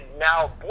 now